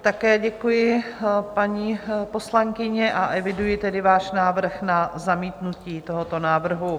Také děkuji, paní poslankyně, a eviduji tedy váš návrh na zamítnutí tohoto návrhu.